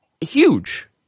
huge